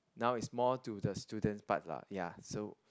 now is more to the students part lah ya so